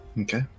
Okay